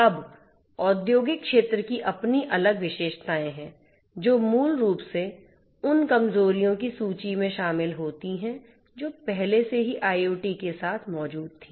अब औद्योगिक क्षेत्र की अपनी अलग विशेषताएं हैं जो मूल रूप से उन कमजोरियों की सूची में शामिल होती हैं जो पहले से ही IoT के साथ मौजूद थीं